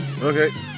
Okay